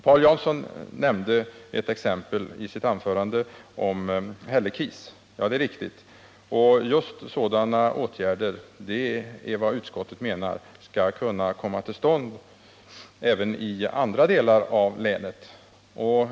Paul Jansson nämnde i sitt anförande ett exempel som rörde Hällekis. Det är just sådana åtgärder som utskottet menar att man skall kunna vidta även i andra delar av länet när så behövs.